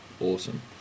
awesome